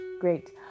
great